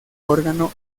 órgano